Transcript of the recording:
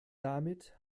damit